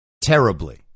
terribly